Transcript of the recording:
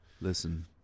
Listen